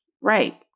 right